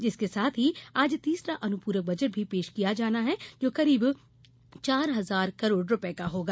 इसके साथ ही आज तीसरा अनुपूरक बजट भी पेश किया जाना है जो करीब चार हजार करोड़ रूपये का होगा